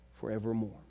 forevermore